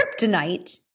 kryptonite